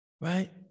Right